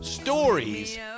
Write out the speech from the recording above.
stories